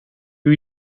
doe